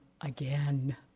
again